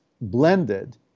blended